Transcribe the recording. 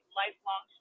lifelong